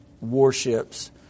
warships